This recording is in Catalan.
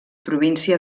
província